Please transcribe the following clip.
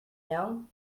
know